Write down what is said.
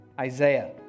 Isaiah